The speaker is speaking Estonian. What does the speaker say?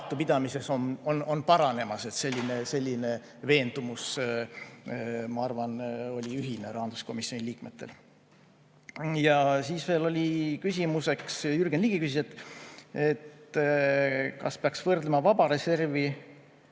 on paranemas. Selline veendumus, ma arvan, oli ühine rahanduskomisjoni liikmetel. Ja siis veel oli küsimus, Jürgen Ligi küsis, kas peaks võrdlema vaba reservi